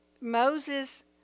Moses